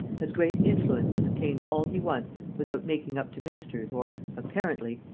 has great influence and obtains all he wants without making up to ministers or, apparently,